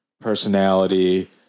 personality